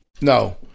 no